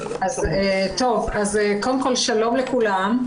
קודם כל שלום לכולם.